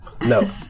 No